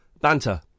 Banter